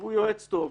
והוא יועץ טוב,